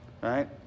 Right